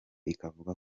ikavuga